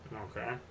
Okay